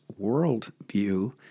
worldview